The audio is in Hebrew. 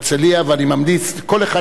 אני ממליץ לכל אחד לראות את זה,